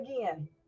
again